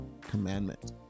commandment